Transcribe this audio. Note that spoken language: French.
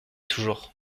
toujours